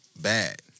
Bad